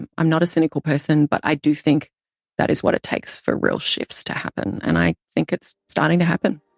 i'm not a cynical person. but i do think that is what it takes for real shifts to happen. and i think it's starting to happen.